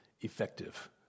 effective